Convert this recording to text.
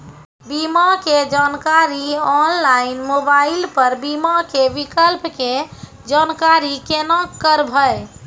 बीमा के जानकारी ऑनलाइन मोबाइल पर बीमा के विकल्प के जानकारी केना करभै?